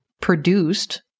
produced